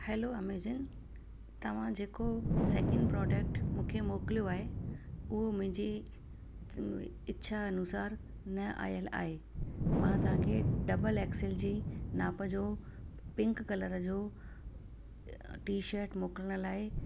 hello Amazon तव्हां जेको second product मूंखे मोकिलियो आहे उहो मुंहिंजी इच्छा अनुसार न आयल आहे मां तव्हांखे डबल एक्सेल जी नाप जो पिंक कलर जो टीशट मोकिलण लाइ